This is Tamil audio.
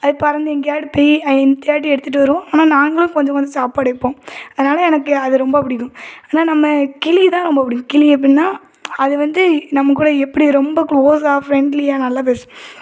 அது பறந்து எங்கேயாவது போய் அது தேடி எடுத்துட்டு வரும் ஆனால் நாங்களும் கொஞ்சம் கொஞ்சம் சாப்பாடு வைப்போம் அதனால் எனக்கு அது ரொம்ப பிடிக்கும் ஆனால் நம்ம கிளி தான் ரொம்ப பிடிக்கும் கிளி அப்பன்னா அது வந்து நம்மகூட எப்படி ரொம்ப க்ளோஸாக ஃப்ரெண்ட்லியாக நல்லா பேசும்